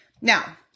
now